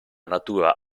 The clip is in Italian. natura